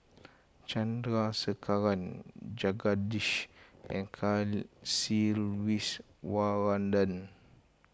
Chandrasekaran Jagadish and Kasiviswana